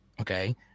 okay